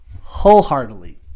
wholeheartedly